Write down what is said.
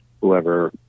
whoever